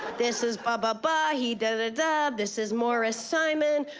this is bah, bah, bah. he this is morris simon.